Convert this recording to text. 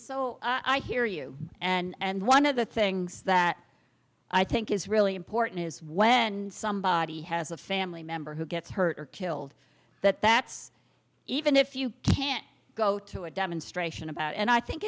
so i hear you and one of the things that i think is really important is when somebody has a family member who gets hurt or killed that that's even if you can't go to a demonstration about and i think